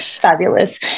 Fabulous